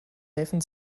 helfen